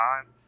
time